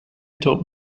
told